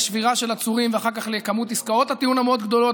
לשבירה של עצורים ואחר כך לכמות עסקאות הטיעון המאוד-גדולה.